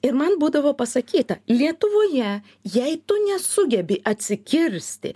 ir man būdavo pasakyta lietuvoje jei tu nesugebi atsikirsti